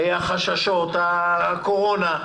החששות מפני הקורונה,